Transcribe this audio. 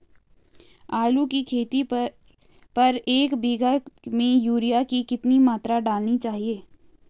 आलू की खेती पर एक बीघा में यूरिया की कितनी मात्रा डालनी चाहिए?